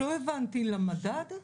לא הבנתי, למדד?